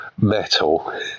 metal